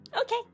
okay